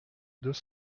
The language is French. deux